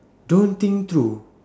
don't think through